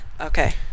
Okay